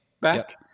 back